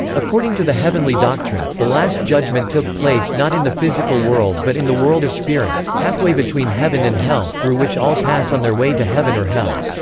according to the heavenly doctrine, the last judgment took place not in the physical world but in the world of spirits, halfway between heaven and hell, through which all pass on their way to heaven or hell.